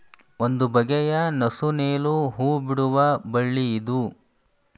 ಒಂದು ಬಗೆಯ ನಸು ನೇಲು ಹೂ ಬಿಡುವ ಬಳ್ಳಿ ಇದು